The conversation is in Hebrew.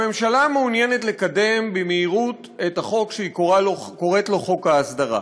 הממשלה מעוניינת לקדם במהירות את החוק שהיא קוראת לו חוק ההסדרה.